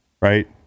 right